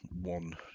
one